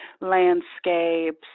landscapes